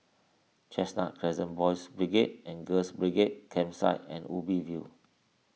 Chestnut Crescent Boys' Brigade and Girls' Brigade Campsite and Ubi View